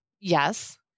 Yes